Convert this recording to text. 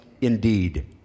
indeed